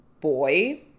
boy